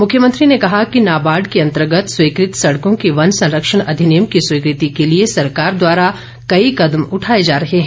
मुख्यमंत्री ने कहा कि नाबार्ड के अंतर्गत स्वीकृत सडकों की वन संरक्षण अधिनियम की स्वीकृति के लिए सरकार द्वारा कई कदम उठाए जा रहे हैं